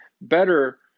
better